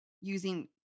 using